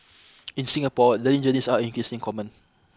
in Singapore learning journeys are increasingly common